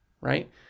right